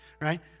Right